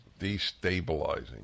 Destabilizing